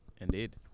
Indeed